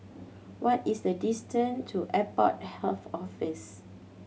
what is the distance to Airport Health Office